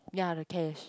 ya the cash